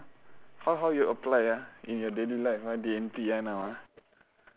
how how you apply ah in your daily life D and T now ah